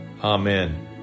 Amen